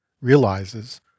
realizes